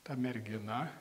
ta mergina